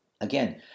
Again